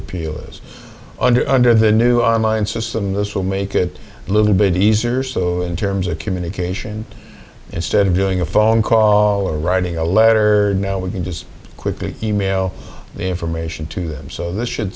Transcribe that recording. appeal is under under the new online system this will make it a little bit easier so in terms of communication instead of doing a phone call or writing a letter now we can just quickly e mail the information to them so that should